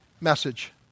message